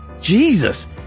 Jesus